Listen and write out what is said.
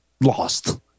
lost